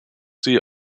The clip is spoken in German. sie